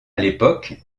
l’époque